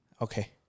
Okay